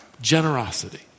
generosity